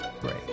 break